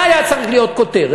מה הייתה צריכה להיות הכותרת?